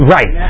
Right